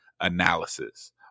analysis